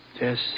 Yes